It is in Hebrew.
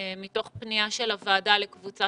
תוכנית שבאה מתוך פנייה של הוועדה לקבוצה